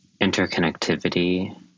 interconnectivity